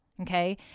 Okay